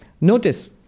notice